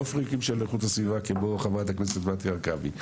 לא פריקים של איכות הסביבה כמו חברת הכנסת מטי הרכבי.